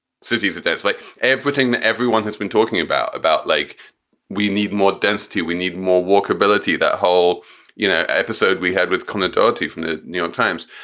cities that that's like everything that everyone has been talking about about like we need more density, we need more walkability that whole you know episode we had with connectivity from the new york times.